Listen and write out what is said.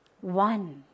one